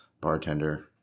bartender